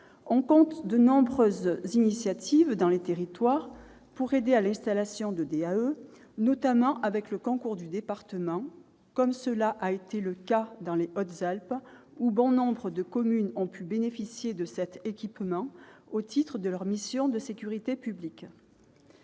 on compte de nombreuses initiatives dans les territoires pour aider à l'installation de tels appareils, notamment avec le concours des départements, comme cela a été le cas dans les Hautes-Alpes, où bon nombre de communes ont pu bénéficier de cet équipement au titre de leur mission de sécurité publique.